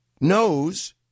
knows